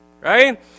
right